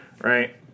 right